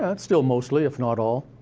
ah still mostly, if not all.